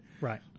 Right